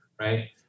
right